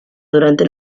durante